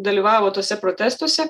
dalyvavo tuose protestuose